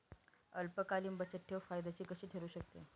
अल्पकालीन बचतठेव फायद्याची कशी ठरु शकते?